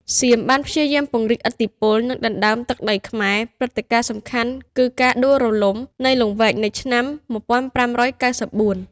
សៀមបានព្យាយាមពង្រីកឥទ្ធិពល និងដណ្តើមទឹកដីខ្មែរ ព្រឹត្តិការណ៍សំខាន់គឺការដួលរលំនៃលង្វែកនៅឆ្នាំ ១៥៩៤។